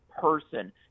person